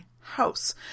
house